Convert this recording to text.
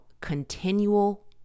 continual